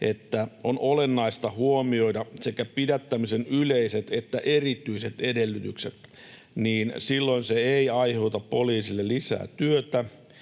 että on olennaista huomioida sekä pidättämisen yleiset että erityiset edellytykset, niin silloin se ei aiheuta poliisille lisää työtä,